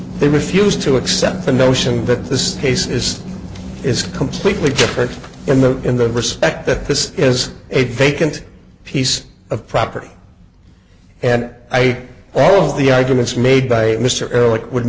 they refused to accept the notion that this case is is completely different in the in the respect that this is a vacant piece of property and i all the arguments made by mr erlich would